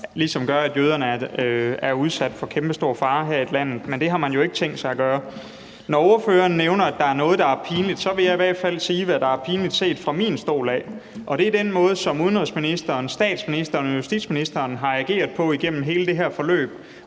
ligesom gør, at jøderne er udsat for kæmpestor fare her i landet, men det har man jo ikke tænkt sig at gøre. Når ordføreren nævner, at der er noget, der er pinligt, så vil jeg sige, hvad der i hvert fald er pinligt set fra min stol. Det er den måde, som udenrigsministeren, statsministeren og justitsministeren har ageret på igennem hele det her forløb.